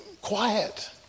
quiet